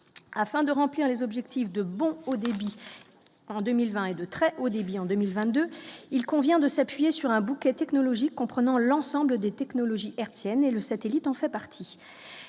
afin de remplir les objectifs de bon au débit en 2020 et de très haut débit en 2020, 2, il convient de s'appuyer sur un bouquet technologique comprenant l'ensemble des technologies hertziennes et le satellite en fait partie,